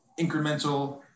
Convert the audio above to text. incremental